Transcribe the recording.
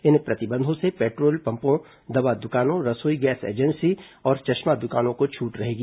इन प्रतिबंधों से पेट्रोल पम्पों दवा दुकानों रसोई गैस एजेंसी और चश्मा दुकानों को छूट रहेगी